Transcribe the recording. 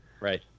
Right